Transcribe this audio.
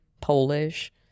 Polish